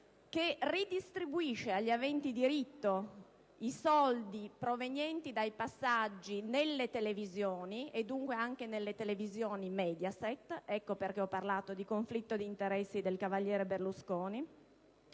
che ridistribuisce agli aventi diritto i soldi provenienti dai passaggi nelle televisioni, e dunque anche nelle televisioni Mediaset (ecco perché ho parlato di conflitto di interessi del cavaliere Berlusconi),